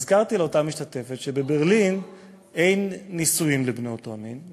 הזכרתי לאותה משתתפת שבברלין אין נישואים בין בני אותו מין,